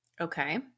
Okay